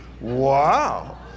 Wow